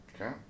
Okay